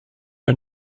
are